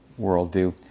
worldview